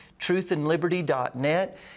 truthandliberty.net